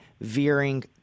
veering